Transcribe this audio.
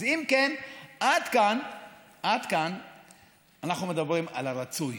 אם כן, עד כאן אנחנו מדברים על הרצוי.